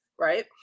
right